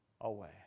away